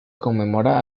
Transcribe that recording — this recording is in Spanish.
conmemora